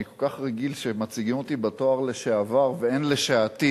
אני כל כך רגיל שמציגים אותי בתואר לשעבר ואין לשעתיד.